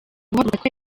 guhaguruka